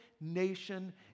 nation